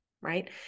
right